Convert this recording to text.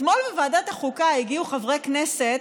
אתמול לוועדת החוקה הגיעו חברי כנסת,